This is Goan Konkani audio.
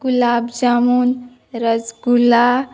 गुलाब जामून रसगुला